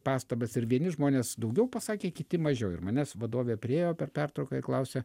pastabas ir vieni žmonės daugiau pasakė kiti mažiau ir manęs vadovė priėjo per pertrauką ir klausia